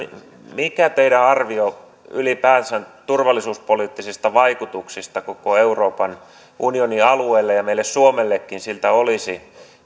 mikä teidän arvionne ylipäänsä turvallisuuspoliittisista vaikutuksista koko euroopan unionin alueelle ja meille suomellekin olisi